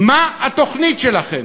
מה התוכנית שלכם?